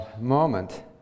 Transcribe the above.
moment